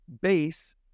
base